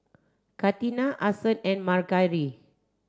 Katina Ason and Margery